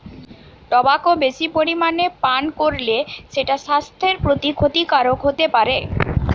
tobacco বেশি পরিমাণে পান কোরলে সেটা সাস্থের প্রতি ক্ষতিকারক হোতে পারে